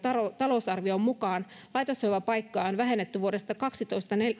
talousarvion mukaan laitoshoivapaikkoja on vähennetty vuodesta